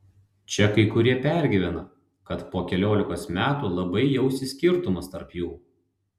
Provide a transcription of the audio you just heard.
čia kai kurie pergyvena kad po keliolikos metų labai jausis skirtumas tarp jų